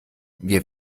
wir